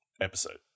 episode